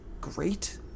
great